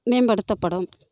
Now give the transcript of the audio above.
மேம்படுத்தப்படும்